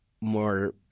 more